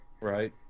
Right